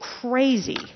crazy